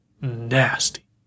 nasty